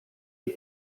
die